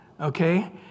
Okay